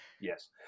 yes